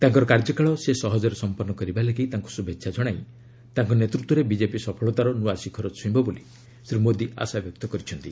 ତାଙ୍କର କାର୍ଯ୍ୟକାଳ ସେ ସହଜରେ ସମ୍ପନ୍ତ କରିବା ଲାଗି ତାଙ୍କୁ ଶୁଭେଛା ଜଣାଇ ତାଙ୍କ ନେତୃତ୍ୱରେ ବିଜେପି ସଫଳତାର ନ୍ନଆ ଶିଖର ଛୁଇଁବ ବୋଲି ଶ୍ରୀ ମୋଦୀ ଆଶାବ୍ୟକ୍ତ କରିଛନ୍ତି